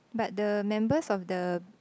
but the members of the